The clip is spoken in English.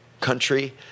country